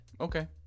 okay